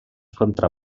contra